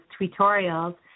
tutorials